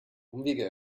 umwege